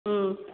ꯎꯝ